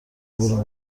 برو